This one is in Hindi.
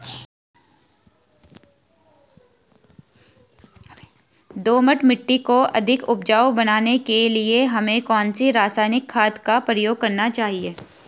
दोमट मिट्टी को अधिक उपजाऊ बनाने के लिए हमें कौन सी रासायनिक खाद का प्रयोग करना चाहिए?